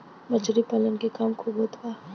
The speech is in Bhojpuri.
मछली पालन के काम खूब होत बा